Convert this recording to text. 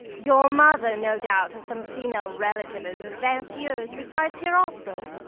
your mother, no doubt, or some female relative of advanced years, resides here also?